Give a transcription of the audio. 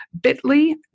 bit.ly